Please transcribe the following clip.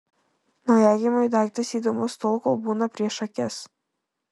naujagimiui daiktas įdomus tol kol būna prieš akis